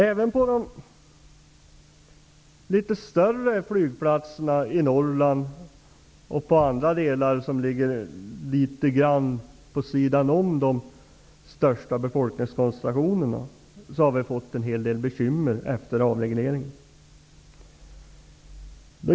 Även på de litet större flygplatserna i Norrland och på andra orter som ligger litet grand vid sidan om de största befolkningskoncentrationerna har man fått en hel del bekymmer efter avregleringen.